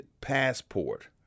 passport